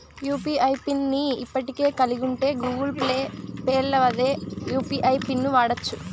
UPI pin ని ఇప్పటికే కలిగుంటే గూగుల్ పేల్ల అదే యూ.పి.ఐ పిన్ను వాడచ్చు